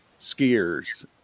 skiers